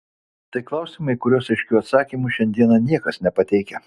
tai klausimai į kuriuos aiškių atsakymų šiandieną niekas nepateikia